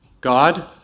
God